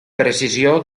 precisió